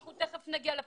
תכף נגיע לפירוט.